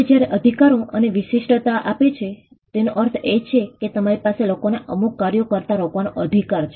હવે જ્યારે અધિકારો તમને વિશિષ્ટતા આપે છે તેનો અર્થ એ છે કે તમારી પાસે લોકોને અમુક કાર્યો કરતા રોકવાનો અધિકાર છે